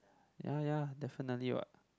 ya ya definitely what